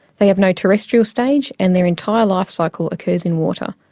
they have no terrestrial stage and their entire life cycle occurs in water.